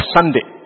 Sunday